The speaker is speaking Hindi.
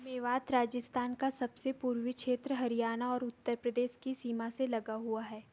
मेवात राजस्थान का सबसे पूर्वी क्षेत्र हरियाणा और उत्तर प्रदेश की सीमा से लगा हुआ है